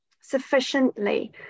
sufficiently